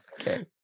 Okay